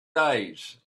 days